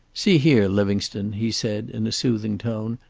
see here, livingstone, he said, in a soothing tone,